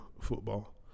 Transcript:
Football